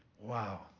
Wow